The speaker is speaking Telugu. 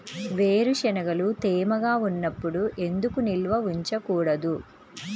వేరుశనగలు తేమగా ఉన్నప్పుడు ఎందుకు నిల్వ ఉంచకూడదు?